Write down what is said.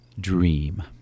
Dream